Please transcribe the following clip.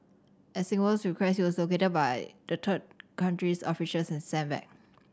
at Singapore's request he was located by the country's officials and sent back